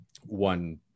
one